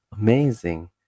amazing